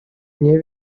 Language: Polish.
nie